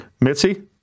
Mitzi